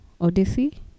Odyssey